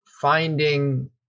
finding